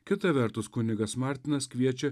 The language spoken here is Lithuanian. kita vertus kunigas martinas kviečia